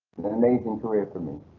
amazing career for me,